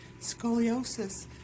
scoliosis